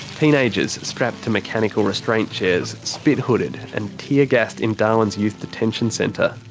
teenagers strapped to mechanical restraint chairs, spit-hooded and teargassed in darwin's youth detention centre.